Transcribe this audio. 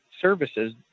services